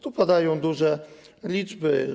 Tu padają duże liczby.